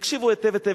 תקשיבו היטב היטב,